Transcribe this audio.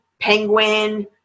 Penguin